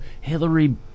Hillary